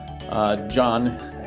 John